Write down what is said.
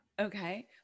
Okay